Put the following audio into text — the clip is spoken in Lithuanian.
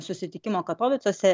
susitikimo katovicuose